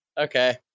Okay